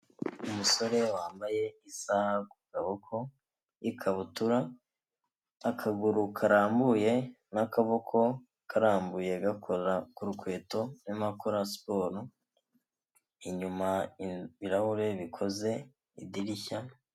Umusore wambaye isaha gaboko ikabutura akaguru karambuye n'akaboko karambuye gakora kurukweto arimokora siporo inyuma ibirahure bikoze idirishya.